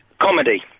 Comedy